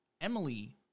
Emily